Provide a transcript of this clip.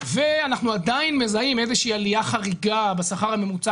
ואנחנו עדיין מזהים איזה שהיא עלייה חריגה בשכר הממוצע